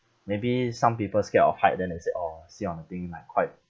maybe some people scared of height then they say orh sit on the thing like quite